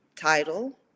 title